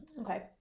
Okay